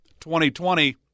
2020